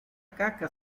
caca